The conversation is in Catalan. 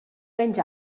menys